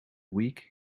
week